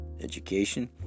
education